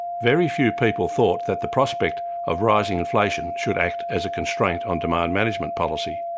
very few people thought that the prospect of rising inflation should act as a constraint on demand management policy.